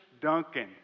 Duncan